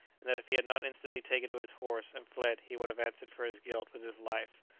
and that if he had not instantly taken to his horse and fled he would have answered for his guilt with his life.